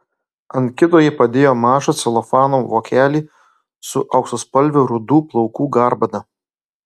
ant kito ji padėjo mažą celofano vokelį su auksaspalve rudų plaukų garbana